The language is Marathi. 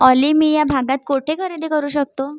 ऑली मी या भागात कोठे खरेदी करू शकतो